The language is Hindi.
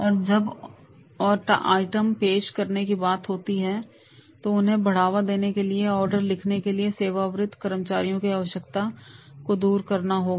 और जब और आइटम पेश करने की बात आती है तो उन्हें बढ़ावा देने के साथ साथ ऑर्डर लिखने के लिए सेवारत कर्मचारियों की आवश्यकता को दूर करने पर रोशनी डालनी होगी